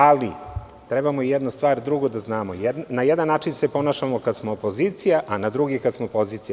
Ali, trebamo i jednu drugu stvar da znamo, na jedan način se ponašamo kada smo opozicija, a na drugi kada smo pozicija.